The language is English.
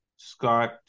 Scott